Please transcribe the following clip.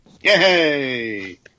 Yay